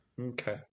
Okay